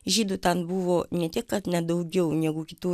žydų ten buvo ne tiek kad ne daugiau negu kitų